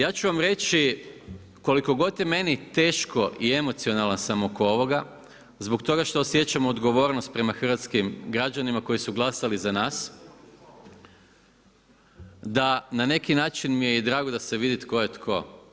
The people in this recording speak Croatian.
Ja ću vam reći koliko god je meni teško i emocionalan sam oko ovoga, zbog toga što osjećam odgovornost prema hrvatskim građanima koji su glasali za nas, da na neki način mi je i drago da se vidi tko je tko.